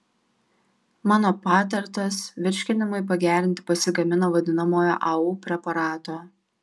mano patartas virškinimui pagerinti pasigamino vadinamojo au preparato